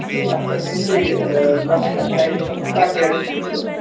ٹھیٖک اَتھ پٮ۪ٹھ ؤنِو تُہۍ تۄہہِ کَتھ جایہِ چھِ گژھُن کَتھ ڈیٹَس پٮ۪ٹھ چھِ گژھُن